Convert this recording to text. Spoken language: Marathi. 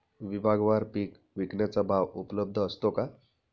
विभागवार पीक विकण्याचा भाव उपलब्ध असतो का?